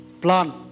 Plan